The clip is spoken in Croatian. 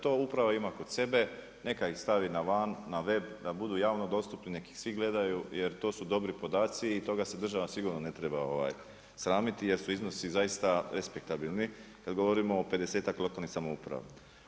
To uprava ima kod sebe, neka ih stavi na van, na web, da budu javno dostupni, nek' ih svi gledaju jer su dobri podaci i toga se država sigurno ne treba sramiti jer su iznosi zaista respektabilni kad govorimo o pedesetak lokalnih samouprava.